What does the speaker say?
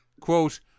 quote